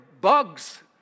bugs